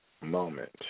moment